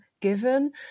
given